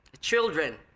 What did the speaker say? Children